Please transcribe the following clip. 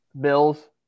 Bills